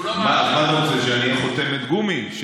מה אתה רוצה, שאני אהיה חותמת גומי?